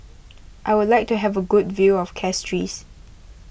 I would like to have a good view of Castries